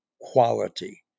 quality